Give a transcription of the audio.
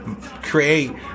create